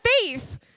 faith